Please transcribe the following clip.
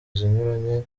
zinyuranye